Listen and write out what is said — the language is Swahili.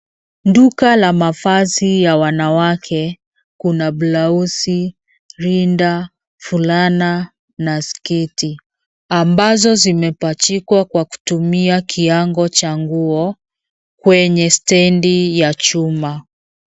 Duka la mavazi ya wanawake kuna blauzi, rinda, fulana na sketi ambazo zimepachikwa kwa kutumia kiango cha nguo kwenye stendi ya chuma.